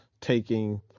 taking